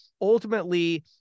Ultimately